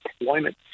employment